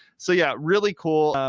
so yeah. really cool.